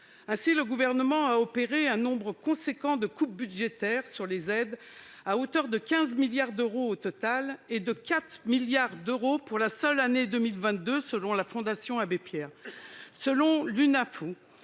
Ainsi, le Gouvernement a opéré un nombre important de coupes budgétaires sur les aides, à hauteur de 15 milliards d'euros au total, et de 4 milliards d'euros pour la seule année 2022, selon la Fondation Abbé Pierre. L'Unafo,